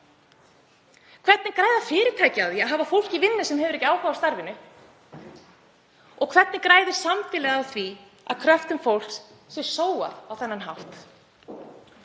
Hvernig græða fyrirtæki á því að hafa fólk í vinnu sem ekki hefur áhuga á starfinu? Og hvernig græðir samfélagið á því að kröftum fólks sé sóað á þennan hátt?